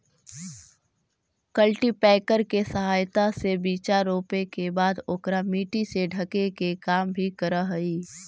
cultipacker के सहायता से बीचा रोपे के बाद ओकरा मट्टी से ढके के काम भी करऽ हई